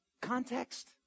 Context